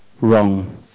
wrong